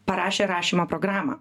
parašė rašymo programą